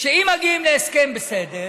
שאם מגיעים להסכם בסדר,